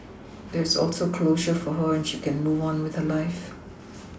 there is also closure for her and she can move on with her life